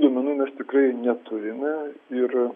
duomenų mes tikrai neturime ir